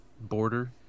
border